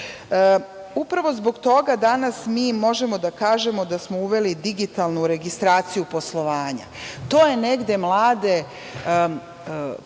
proces. Upravo zbog toga danas mi možemo da kažemo da smo uveli digitalnu registraciju poslovanja. To je negde mlade